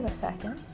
ah second.